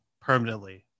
permanently